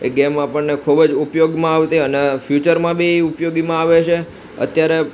એ game આપણને ખૂબ જ ઉપયોગમાં આવતી અને ફ્યુચરમાં બી એ ઉપયોગીમાં આવે છે અત્યારે